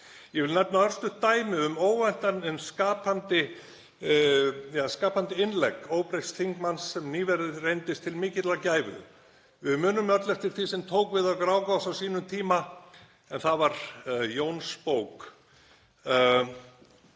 Ég vil nefna örstutt dæmi um óvænt en skapandi innlegg óbreytts þingmanns sem nýverið reyndist til mikillar gæfu. Við munum öll eftir því sem tók við af Grágás á sínum tíma en það var Jónsbók.